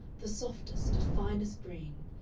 the softest, the finest grained,